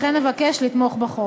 לכן אבקש לתמוך בחוק.